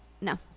no